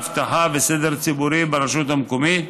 אבטחה וסדר ציבורי ברשות מקומית),